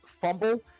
fumble